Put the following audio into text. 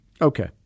Okay